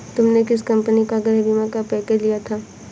तुमने किस कंपनी का गृह बीमा का पैकेज लिया था?